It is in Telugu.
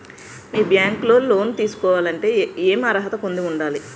మీ బ్యాంక్ లో లోన్ తీసుకోవాలంటే ఎం అర్హత పొంది ఉండాలి?